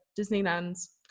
Disneyland's